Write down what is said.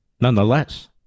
nonetheless